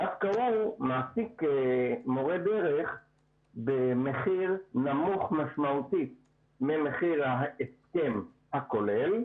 דווקא הוא מעסיק מורה דרך במחיר נמוך משמעותית ממחיר ההסכם הכולל,